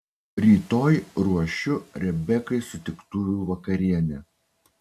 rytoj ruošiu rebekai sutiktuvių vakarienę